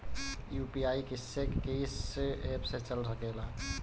UPI किस्से कीस app से चल सकेला?